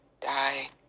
die